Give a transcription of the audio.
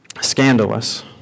scandalous